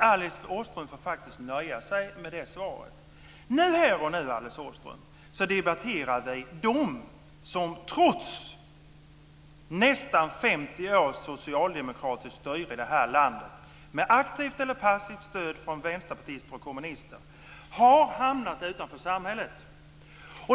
Alice Åström får faktiskt nöja sig med det svaret. Här och nu, Alice Åström, debatterar vi dem som trots nästan 50 års socialdemokratiskt styre i det här landet, med aktivt eller passivt stöd från vänsterpartister och kommunister, har hamnat utanför i samhället.